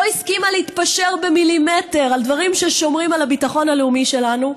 לא הסכימה להתפשר במילימטר על דברים ששומרים על הביטחון הלאומי שלנו,